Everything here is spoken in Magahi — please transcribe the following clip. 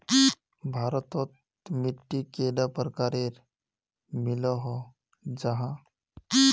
भारत तोत मिट्टी कैडा प्रकारेर मिलोहो जाहा?